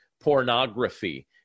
pornography